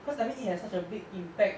cause I mean it has such a big impact